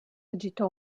agitò